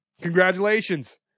Congratulations